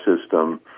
system